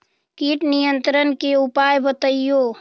किट नियंत्रण के उपाय बतइयो?